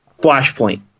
flashpoint